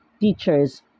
teachers